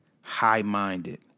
high-minded